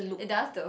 it does tho